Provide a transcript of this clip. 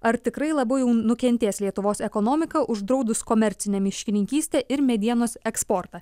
ar tikrai labiau jau nukentės lietuvos ekonomika uždraudus komercinę miškininkystę ir medienos eksportą